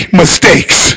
mistakes